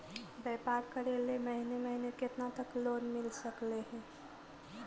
व्यापार करेल महिने महिने केतना तक लोन मिल सकले हे?